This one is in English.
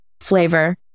flavor